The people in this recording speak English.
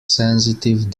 sensitive